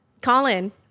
Colin